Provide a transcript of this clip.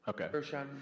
Okay